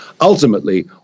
Ultimately